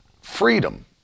freedom